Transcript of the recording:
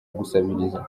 gusabiriza